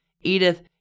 Edith